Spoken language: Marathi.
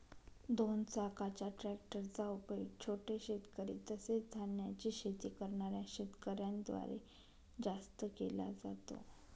दोन चाकाच्या ट्रॅक्टर चा उपयोग छोटे शेतकरी, तसेच धान्याची शेती करणाऱ्या शेतकऱ्यांन द्वारे जास्त केला जातो